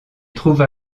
trouva